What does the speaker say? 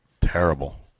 terrible